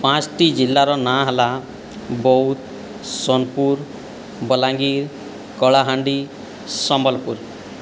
ପାଞ୍ଚଟି ଜିଲ୍ଲାର ନାଁ ହେଲା ବୌଦ୍ଧ ସୋନପୁର ବଲାଙ୍ଗୀର କଳାହାଣ୍ଡି ସମ୍ବଲପୁର